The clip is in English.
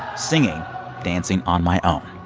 singing dancing on my own.